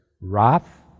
Wrath